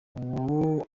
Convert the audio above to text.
ubu